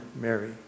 Mary